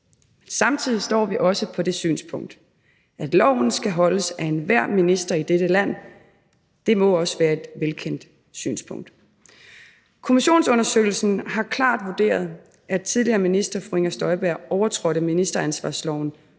Samtidig står vi også på det synspunkt, at loven skal holdes af enhver minister i dette land. Det må også være et velkendt synspunkt. Kommissionsundersøgelsen har klart vurderet, at tidligere minister fru Inger Støjberg overtrådte ministeransvarsloven